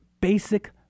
basic